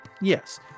yes